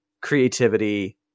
creativity